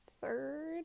third